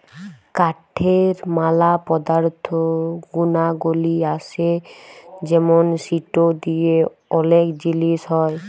কাঠের ম্যালা পদার্থ গুনাগলি আসে যেমন সিটো দিয়ে ওলেক জিলিস হ্যয়